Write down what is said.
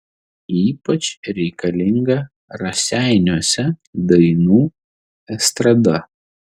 ypač reikalinga raseiniuose dainų estrada